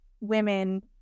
women